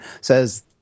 says